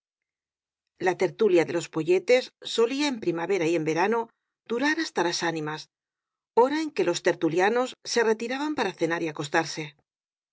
la tertulia de los poyetes solía en primavera y en verano durar hasta las ánimas hora en que los tertulianos se retiraban para cenar y acostarse